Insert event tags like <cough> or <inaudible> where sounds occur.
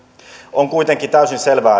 on kuitenkin täysin selvää <unintelligible>